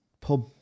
pub